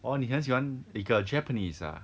哦你很喜欢一个 japanese ah